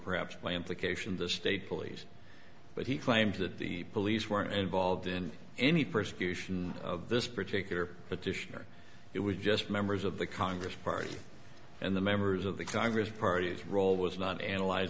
perhaps by implication the state police but he claims that the police were involved in any persecution of this particular petitioner it was just members of the congress party and the members of the congress party is role was not analyze